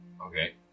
Okay